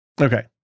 Okay